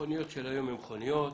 מכוניות של היום הן מכוניות.